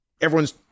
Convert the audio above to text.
everyone's